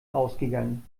ausgegangen